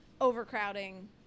overcrowding